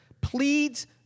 pleads